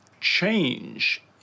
change